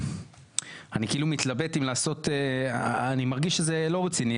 אני מרגיש שזה לא רציני,